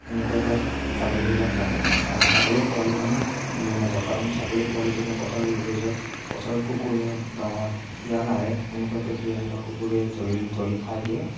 সেনেকুৱাকৈ ছাগলীবিলাক ৰাখোঁ আৰু ছাগলী পোৱালি আমি লৈ নাযাওঁ কাৰণ ছাগলী পোৱালি যদি পথাৰলৈ যাওঁ পথাৰত কুকুৰ আহে বা শিয়াল আহে সেনেকুৱাকৈ শিয়াল বা কুকুৰে ধৰি ধৰি খাই দিয়ে